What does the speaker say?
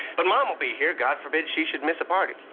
but mom will be here, god forbid she should miss a party.